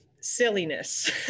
silliness